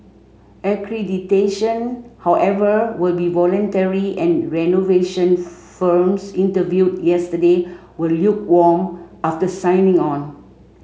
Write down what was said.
accreditation however will be voluntary and renovation firms interviewed yesterday were lukewarm after signing on